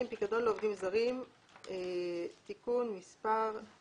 (פיקדון לעובדים זרים) (תיקון מס'...),